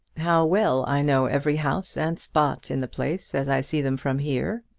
how well i know every house and spot in the place as i see them from here,